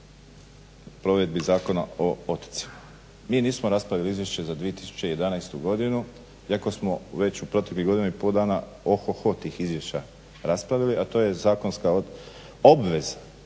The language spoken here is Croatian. provedbi zakona o otocima. Mi nismo raspravili izvješće za 2011. Godinu iako smo već u proteklih godinu i pol dana ohoho tih izvješća raspravili a to je zakonska obveza